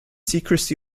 secrecy